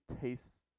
tastes